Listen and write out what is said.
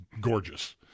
gorgeous